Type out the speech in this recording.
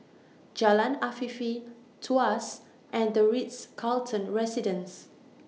Jalan Afifi Tuas and The Ritz Carlton Residences